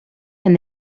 and